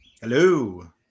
Hello